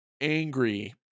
angry